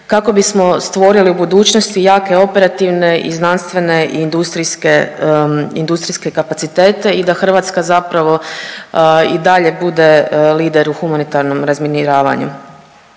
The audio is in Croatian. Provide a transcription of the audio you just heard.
kako bismo stvorili u budućnosti jake operativne i znanstvene i industrijske, industrijske kapacitete i da Hrvatska zapravo i dalje bude lider u humanitarnom razminiravanju.